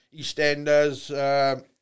EastEnders